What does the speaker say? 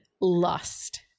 lust